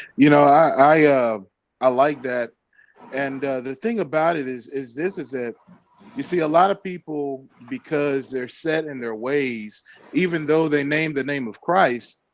you know, i um i like that and the thing about it is is this is it you see a lot of people because they're set in their ways even though they name the name of christ